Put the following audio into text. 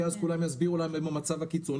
כי אז כולם יסבירו למה הם הגיעו למצב הקיצוני,